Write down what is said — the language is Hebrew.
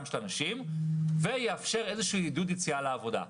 של אנשים ויאפשר איזשהו עידוד יציאה לעבודה.